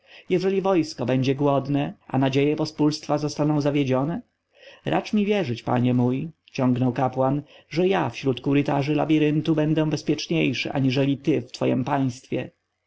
jeżeli wojsko będzie głodne a nadzieje pospólstwa zostaną zawiedzione racz mi wierzyć panie mój ciągnął kapłan że ja wśród korytarzy labiryntu będę bezpieczniejszy aniżeli ty w twojem państwie